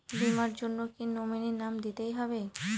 বীমার জন্য কি নমিনীর নাম দিতেই হবে?